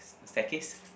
staircase